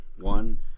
One